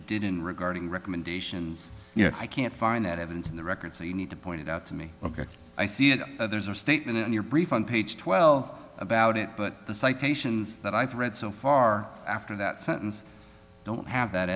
didn't regarding recommendations you know i can't find that evidence in the record so you need to point it out to me ok i see it there's a statement in your brief on page twelve about it but the citations that i've read so far after that sentence don't have that